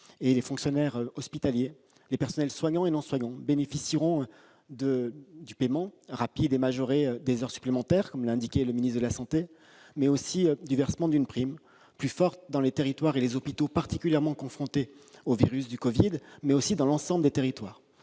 Les fonctionnaires hospitaliers, les personnels soignants et non soignants bénéficieront du paiement rapide et majoré des heures supplémentaires, comme l'a souligné le ministre des solidarités et de la santé. Ils bénéficieront également du versement d'une prime plus forte dans les territoires et les hôpitaux particulièrement confrontés au virus du Covid-19, mais aussi dans l'ensemble des territoires.